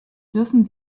dürfen